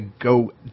go